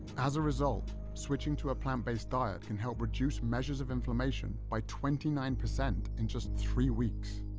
as a result, switching to a plant-based diet can help reduce measures of inflammation by twenty nine percent in just three weeks.